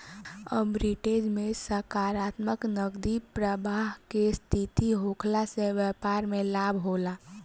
arbitrage में सकारात्मक नगदी प्रबाह के स्थिति होखला से बैपार में लाभ होला